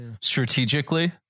Strategically